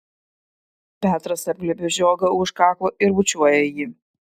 petras apglėbia žiogą už kaklo ir bučiuoja jį